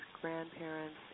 grandparents